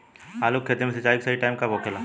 आलू के खेती मे सिंचाई के सही टाइम कब होखे ला?